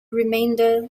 remainder